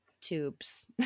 tubes